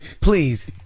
please